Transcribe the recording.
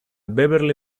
beverly